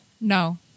No